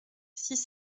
six